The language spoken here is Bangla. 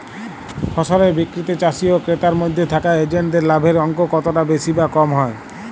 ফসলের বিক্রিতে চাষী ও ক্রেতার মধ্যে থাকা এজেন্টদের লাভের অঙ্ক কতটা বেশি বা কম হয়?